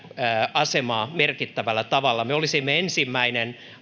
asemaa merkittävällä tavalla me olisimme ensimmäinen